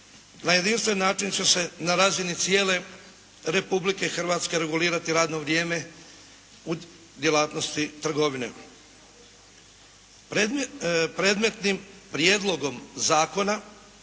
Na jedinstven način će se na razini cijele Republike Hrvatske regulirati radno vrijeme u djelatnosti trgovine. Predmetnim prijedlogom zakona